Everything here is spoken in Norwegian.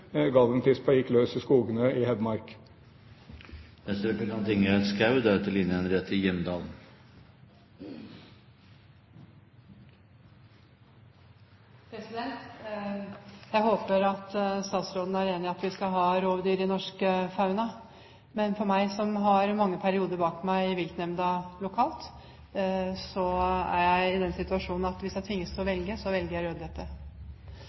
måneder Galventispa gikk løs i skogene i Hedmark. Jeg håper at statsråden er enig i at vi skal ha rovdyr i norsk fauna, men jeg, som har mange perioder bak meg i viltnemnda lokalt, er i den situasjonen at hvis jeg tvinges til å velge, så velger jeg Rødhette.